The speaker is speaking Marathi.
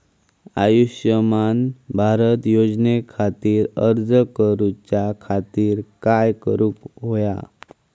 आयुष्यमान भारत योजने खातिर अर्ज करूच्या खातिर काय करुक होया?